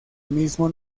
mismo